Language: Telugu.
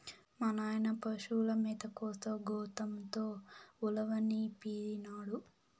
మా నాయన పశుల మేత కోసం గోతంతో ఉలవనిపినాడు